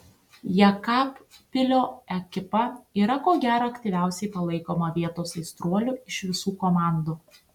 jekabpilio ekipa yra ko gero aktyviausiai palaikoma vietos aistruolių iš visų komandų